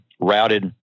routed